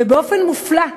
ובאופן מופלא,